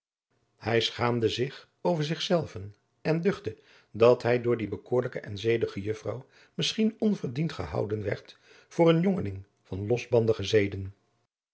hij schaamde zich over zich zelven en duchtte dat hij door die bekoorlijke en zedige juffer misschien onverdiend gehouden gehouden werd voor een jongeling van losbandige zeden